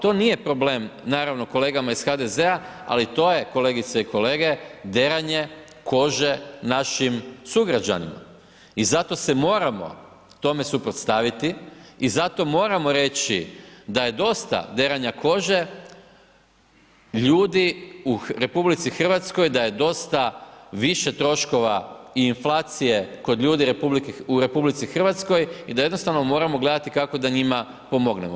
To nije problem naravno kolegama iz HDZ-a ali to je kolegice i kolege deranje kože našim sugrađanima i zato se moramo tome suprotstaviti i zato moramo reći da je dosta deranja kože ljudi u RH, da je dosta više troškova i inflacije kod ljudi u RH i da jednostavno moramo gledati kako da njima pomognemo.